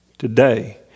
Today